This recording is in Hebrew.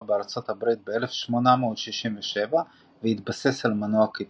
בארצות הברית ב-1867 והתבסס על מנוע קיטור.